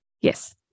Yes